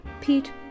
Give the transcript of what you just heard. Pete